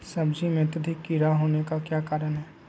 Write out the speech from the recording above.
सब्जी में अत्यधिक कीड़ा होने का क्या कारण हैं?